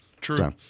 True